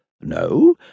No